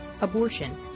abortion